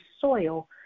soil